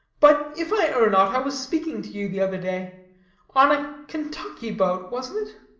but, if i err not, i was speaking to you the other day on a kentucky boat, wasn't it?